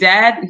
Dad